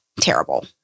terrible